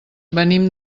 venim